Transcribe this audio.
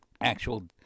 actual